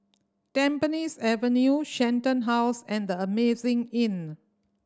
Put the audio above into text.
Tampines Avenue Shenton House and The Amazing Inn